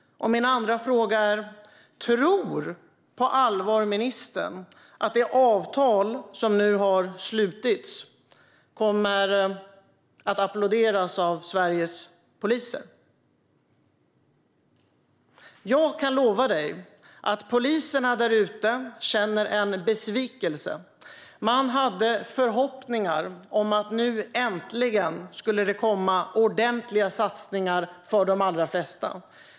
Min andra fråga är: Tror ministern på allvar att det avtal som nu har slutits kommer att applåderas av Sveriges poliser? Jag kan lova ministern att poliserna där ute känner besvikelse. De hade förhoppningar om att det nu äntligen skulle komma ordentliga satsningar för de allra flesta.